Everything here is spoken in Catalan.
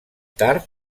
tard